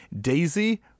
daisy